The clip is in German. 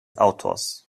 autors